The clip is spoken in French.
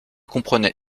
comprenait